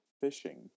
fishing